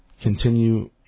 continue